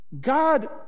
God